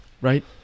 Right